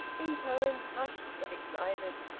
in tones hushed but excited,